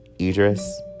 Idris